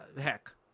heck